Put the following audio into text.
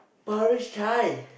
Parish-Chai